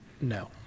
No